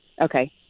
Okay